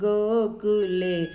Gokule